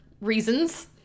reasons